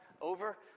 over